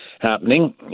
happening